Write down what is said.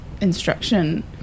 instruction